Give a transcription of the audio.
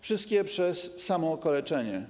Wszystkie przez samookaleczenie.